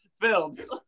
Films